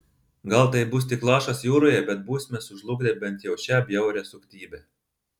gal tai bus tik lašas jūroje bet būsime sužlugdę bent jau šią bjaurią suktybę